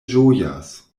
ĝojas